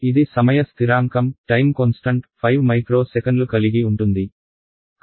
ఇది సమయ స్థిరాంకం 5 మైక్రో సెకన్లు కలిగి ఉంటుంది